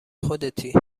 خودتی